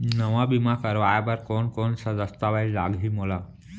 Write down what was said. नवा बीमा करवाय बर कोन कोन स दस्तावेज लागही मोला?